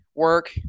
work